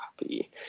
happy